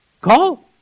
Call